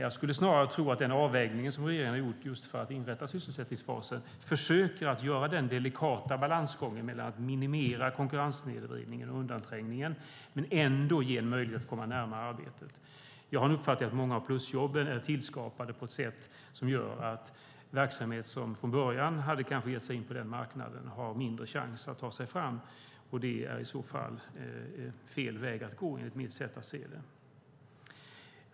Jag skulle snarare tro att den avvägning som regeringen har gjort för att inrätta sysselsättningsfasen försöker att göra den delikata balansgången mellan att minimera konkurrenssnedvridningen och undanträngningen men ändå ge en möjlighet att komma närmare arbetet. Jag har en uppfattning att många av plusjobben är tillskapade på ett sätt som gör att verksamhet som från början kanske hade gett sig in på den marknaden har mindre chans att ta sig fram, och det är i så fall fel väg att gå enligt mitt sätt att se det.